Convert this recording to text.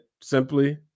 simply